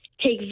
take